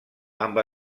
amb